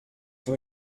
from